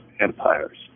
empires